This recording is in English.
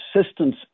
Assistance